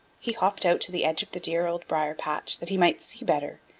he hopped out to the edge of the dear old briar-patch that he might see better,